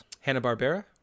Hanna-Barbera